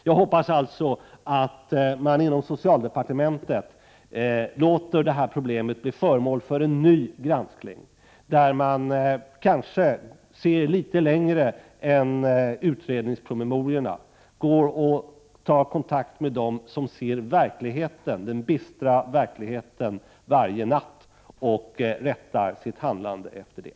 Jag hoppas att man inom socialdepartementet låter problemet bli föremål för en ny granskning, där man kanske ser litet längre än till utredningspromemoriorna och tar kontakt med dem som ser den bistra verkligheten varje natt — och rättar sitt handlande efter det.